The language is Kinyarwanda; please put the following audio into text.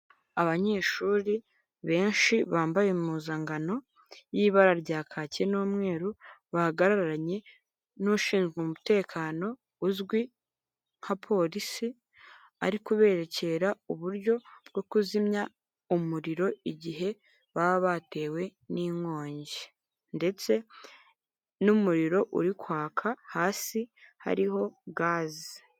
Abanyeshuri benshi bambaye impuzangano y'ibara rya kaki n'umweru bahagararanye n'ushinzwe umutekano uzwi nka polisi, ari kuberekera uburyo bwo kuzimya umuriro igihe baba batewe n'inkongi ndetse n'umuriro uri kwaka hasi hariho gaze.